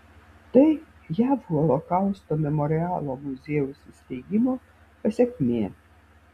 tai jav holokausto memorialo muziejaus įsteigimo pasekmė